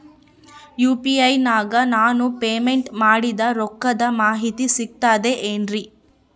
UPI ನಾಗ ನಾನು payment ಮಾಡಿದ ರೊಕ್ಕದ ಮಾಹಿತಿ ಸಿಕ್ತದೆ ಏನ್ರಿ?